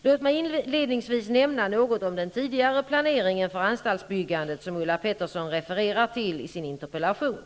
Låt mig inledningsvis nämna något om den tidigare planeringen för anstaltsbyggandet, som Ulla Pettersson refererar till i sin interpellation.